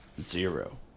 zero